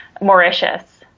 Mauritius